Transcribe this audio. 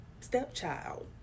stepchild